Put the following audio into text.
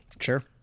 sure